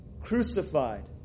crucified